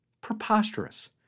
Preposterous